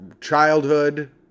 childhood